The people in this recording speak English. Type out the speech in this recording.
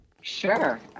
Sure